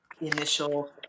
initial